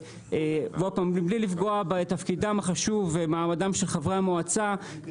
ועוד פעם בלי לפגוע בתפקידם החשוב ומעמדם של חברי המועצה,